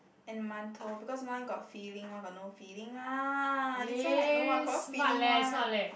and mantou because one got filling one got no filling ah this one I know I confirm feeling one